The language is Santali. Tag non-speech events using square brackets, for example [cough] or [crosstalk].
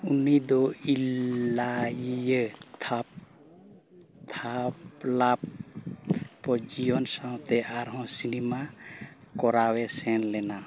ᱩᱱᱤ ᱫᱚ ᱤᱞᱞᱟᱤᱭᱟᱹ [unintelligible] ᱛᱷᱟᱯᱞᱟᱯ ᱠᱚ ᱡᱤᱭᱚᱱ ᱥᱟᱶᱛᱮ ᱟᱨᱦᱚᱸ ᱠᱚᱨᱟᱣᱮ ᱥᱮᱱ ᱞᱮᱱᱟ